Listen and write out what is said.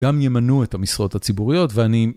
גם ימנו את המשרות הציבוריות ואני...